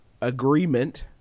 agreement